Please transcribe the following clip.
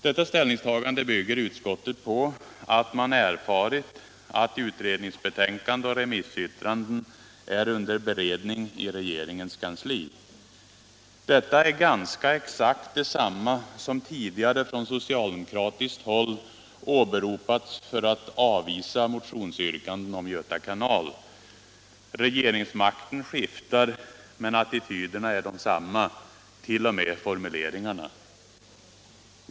Det ställningstagandet bygger utskottet på att man erfarit att utrednings 37 betänkande och remissyttranden är under beredning i regeringens kansli. Detta är ganska exakt detsamma som tidigare från socialdemokratiskt håll åberopats för att avvisa motionsyrkanden om Göta kanal. Regeringsmakten skiftar, men attityderna är desamma —t.o.m. formuleringarna.